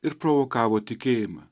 ir provokavo tikėjimą